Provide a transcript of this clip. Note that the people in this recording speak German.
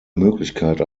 möglichkeit